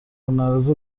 معرض